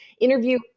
interview